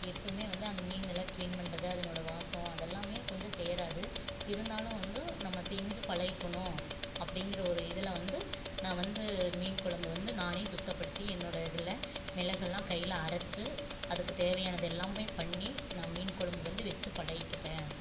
எப்போவுமே வந்து அந்த மீனெல்லாம் க்ளீன் பண்ணுறது அதனோட வாசம் அதெல்லாமே கொஞ்சம் சேராது இருந்தாலும் வந்தும் நம்ம செஞ்சு பழகிக்கணும் அப்படிங்கிற ஒரு இதில் வந்து நான் வந்து மீன் குழம்பு வந்து நானே சுத்தப்படுத்தி என்னோட இதில் மிளகாலாம் கையில் அரைச்சி அதுக்கு தேவையானது எல்லாமே பண்ணி நான் மீன் குழம்பு வந்து வச்சு பழகிக்கிட்டேன்